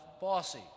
bossy